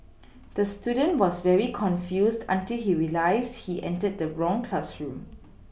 the student was very confused until he realised he entered the wrong classroom